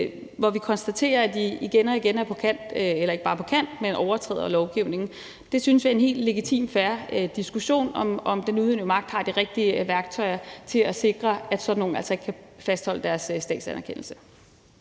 med et trossamfund, som vi igen og igen konstaterer ikke bare er på kant med, men overskrider lovgivningen. Vi synes, det er en helt legitim og fair diskussion, om den udøvende magt har de rigtige værktøjer til at sikre, at sådan nogle altså ikke kan få fastholdt deres statsanerkendelse.